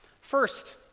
First